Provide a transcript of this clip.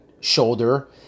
shoulder